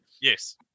Yes